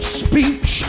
speech